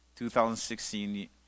2016